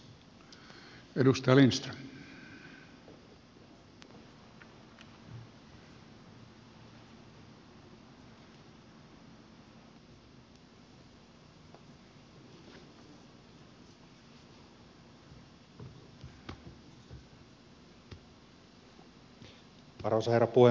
arvoisa herra puhemies